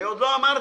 אני עוד לא אמרתי.